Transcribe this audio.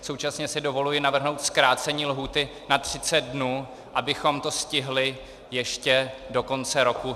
Současně si dovoluji navrhnout zkrácení lhůty na třicet dnů, abychom to stihli ještě do konce roku.